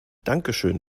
dankeschön